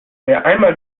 einmal